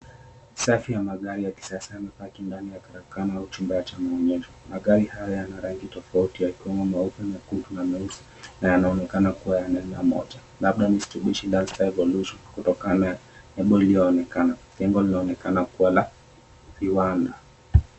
Safu ya magari ya kisasa yamepaki ndani ya karakana au chumba cha maonyesho. Magari haya yana rangi tofauti yakiwemo meupe, mekundu na meusi na yanaonekana kuwa ya aina moja, labda Mitsubishi Lancer Evolution kutokana na lebo iliyoonekana. Jengo linaonekana kuwa la viwanda.